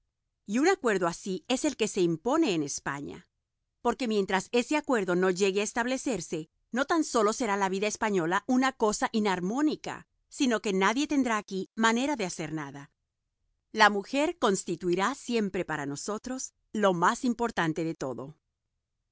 y un acuerdo así es el que se impone en españa porque mientras ese acuerdo no llegue a establecerse no tan sólo será la vida española una cosa inarmónica sino que nadie tendrá aquí manera de hacer nada la mujer constituirá siempre para nosotros lo más importante de todo